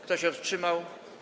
Kto się wstrzymał?